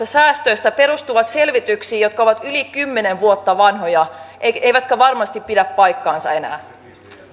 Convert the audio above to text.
säästöistä perustuvat selvityksiin jotka ovat yli kymmenen vuotta vanhoja eivätkä eivätkä varmasti pidä paikkaansa enää